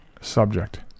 subject